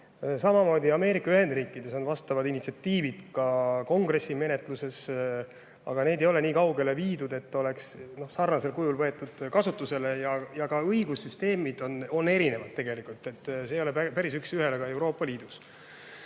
Samamoodi on Ameerika Ühendriikides vastavad initsiatiivid Kongressi menetluses, aga neid ei ole nii kaugele viidud, et oleks sarnasel kujul võetud kasutusele. Ja ka õigussüsteemid on erinevad, need ei ole päris üksühesed ka Euroopa Liidus. Nüüd,